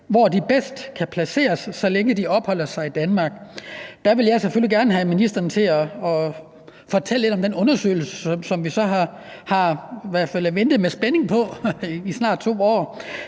hvor de bedst kan placeres, så længe de opholder sig i Danmark. Der vil jeg selvfølgelig gerne have ministeren til at fortælle lidt om den undersøgelse, som vi i hvert fald har ventet med spænding på i snart 2 år.